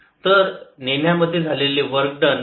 तर नेण्यामध्ये झालेले वर्क डन